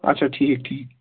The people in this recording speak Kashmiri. اچھا ٹھیٖک ٹھیٖک